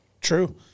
True